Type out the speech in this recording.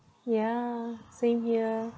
yeah same here